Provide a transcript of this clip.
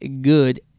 good